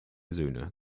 söhne